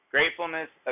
Gratefulness